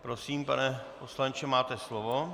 Prosím, pane poslanče, máte slovo.